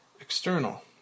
External